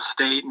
state